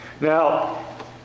Now